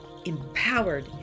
Empowered